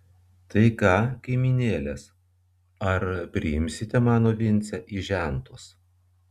tai ką kaimynėlės ar priimsite mano vincę į žentus